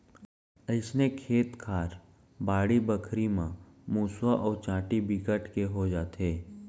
अइसने खेत खार, बाड़ी बखरी म मुसवा अउ चाटी बिकट के हो जाथे